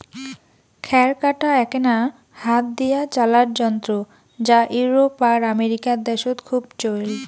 খ্যার কাটা এ্যাকনা হাত দিয়া চালার যন্ত্র যা ইউরোপ আর আমেরিকা দ্যাশত খুব চইল